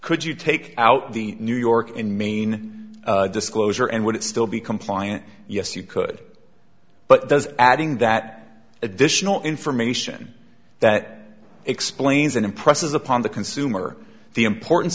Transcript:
could you take out the new york in maine disclosure and would it still be compliant yes you could but does adding that additional information that explains it impresses upon the consumer the importance